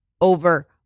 over